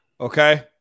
okay